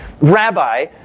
rabbi